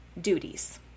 duties